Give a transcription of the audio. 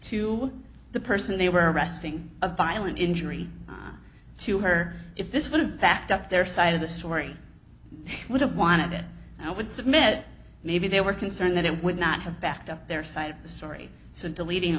to the person they were arresting a violent injury to her if this would have backed up their side of the story would have wanted it and i would submit maybe they were concerned that it would not have backed up their side of the story so deleting